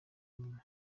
nyuma